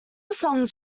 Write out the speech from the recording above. songs